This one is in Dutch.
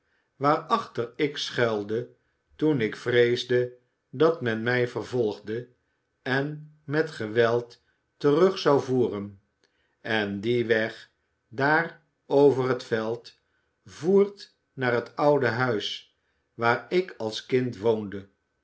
waarachter ik schuilde toen ik vreesde dat men mij vervolgde en met geweld terug zou voeren en die weg daar over het veld voert naar het oude huis waar ik als kind woonde